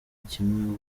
kimwe